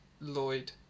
Lloyd